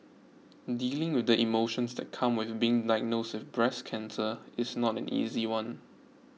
dealing with the emotions that come with being diagnosed with breast cancer is not an easy one